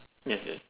yes the